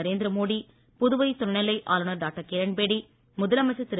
நரேந்திர மோடி புதுவை துணைநிலை ஆளுநர் டாக்டர் கிரண் பேடி முதலமைச்சர் திரு